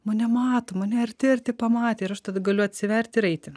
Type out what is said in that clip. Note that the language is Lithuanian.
mane mato mane arti arti pamatė ir aš tada galiu atsivert ir eiti